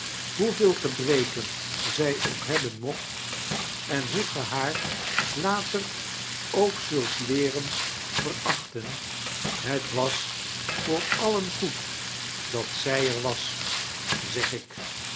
hoeveel gebreken zij ook hebben mocht en hoe ge haar later ook zult leeren vetrachten het was voor alien goed dat zij er was zeg ik